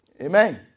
Amen